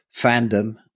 fandom